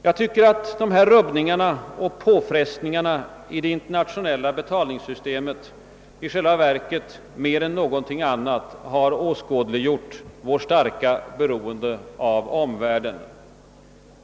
Jag tycker att dessa rubbningar och påfrestningar i det internationella betalningssystemet i själva verket mer än: någonting annat har åskådliggjort vårt starka beroende av omvärlden.